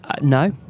No